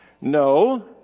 No